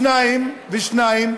ו-2.